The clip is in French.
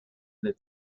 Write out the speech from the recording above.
les